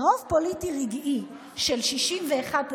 ברוב פוליטי רגעי של 61,